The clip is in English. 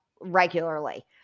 regularly